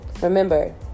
Remember